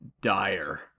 dire